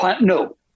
No